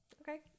Okay